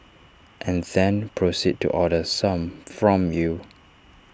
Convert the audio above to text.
and then proceed to order some from you